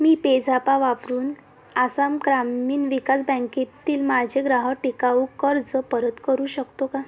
मी PayZapp वापरून आसाम ग्रामीण विकास बँकेतील माझे ग्राहक टिकाऊ कर्ज परत करू शकतो का